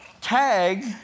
Tag